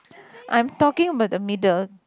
I am talking about the middle